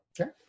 Okay